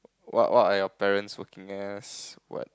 what what are your parents working as what